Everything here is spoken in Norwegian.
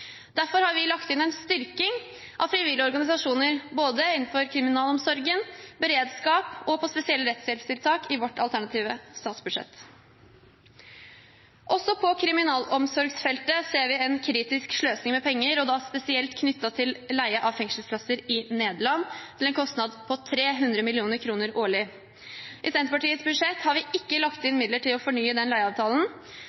Derfor har vi lagt inn i vårt alternative statsbudsjett en styrking av frivillige organisasjoner innenfor både kriminalomsorgen, beredskap og spesielle rettshjelpstiltak. Også på kriminalomsorgsfeltet ser vi en kritisk sløsing med penger, spesielt knyttet til leie av fengselsplasser i Nederland til en kostnad av 300 mill. kr årlig. I Senterpartiets budsjett har vi ikke lagt inn